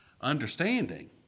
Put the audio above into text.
Understanding